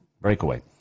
Breakaway